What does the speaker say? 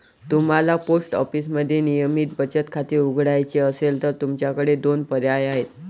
तुम्हाला पोस्ट ऑफिसमध्ये नियमित बचत खाते उघडायचे असेल तर तुमच्याकडे दोन पर्याय आहेत